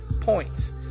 points